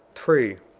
three.